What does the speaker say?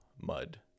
mud